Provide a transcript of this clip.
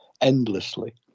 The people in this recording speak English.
Endlessly